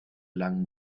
lang